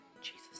Jesus